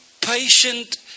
patient